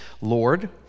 Lord